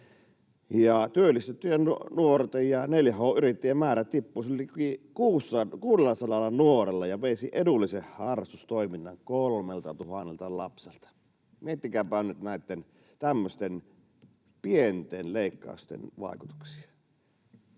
työllistettyjen nuorten ja 4H-yrittäjien määrä tippuisi liki 600 nuorella ja veisi edullisen harrastustoiminnan 3 000 lapselta. Miettikääpä nyt näitten tämmöisten pienten leikkausten vaikutuksia.